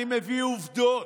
אני מביא עובדות.